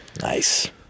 Nice